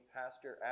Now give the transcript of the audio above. pastor